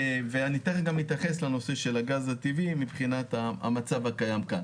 אני תיכף אתייחס גם לנושא הגז הטבעי מבחינת המצב הקיים כאן.